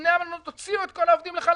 שני המלונות הוציאו את כל העובדים לחל"ת.